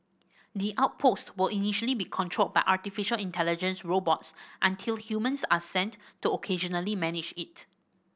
the outpost will initially be controlled by artificial intelligence robots until humans are sent to occasionally manage it